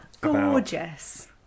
Gorgeous